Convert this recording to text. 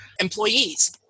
employees